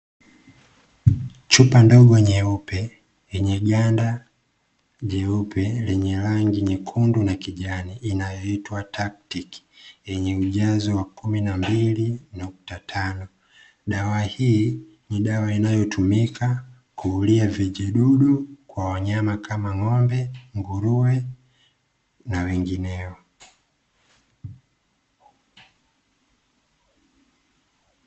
Chupa ndogo nyeupe yenye ganda jeupe lenye rangi nyekundu na kijani inayoitwa TACTIK yenye ujazo wa 12.5. Dawa hii ni dawa inayotumika kuulia vijidudu kwa wanyama kama ng'ombe, nguruwe, na wenginewo.